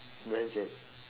where is that